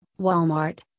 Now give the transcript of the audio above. Walmart